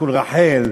תיקון רחל,